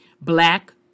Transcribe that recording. Black